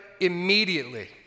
immediately